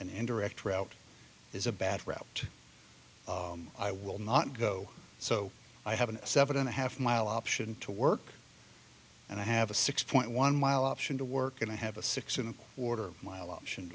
and direct route is a bad route i will not go so i have a seven and a half mile option to work and i have a six point one mile option to work and i have a six and a quarter mile option